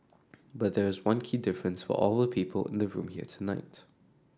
but there is one key difference for all the people in the room here tonight